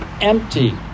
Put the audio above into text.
empty